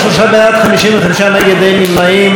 43 בעד, 55 נגד, אין נמנעים.